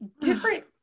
different